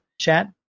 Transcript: chat